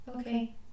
Okay